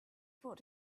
brought